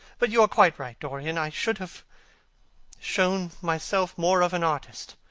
but you are quite right, dorian. i should have shown myself more of an artist.